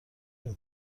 این